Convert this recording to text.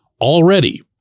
already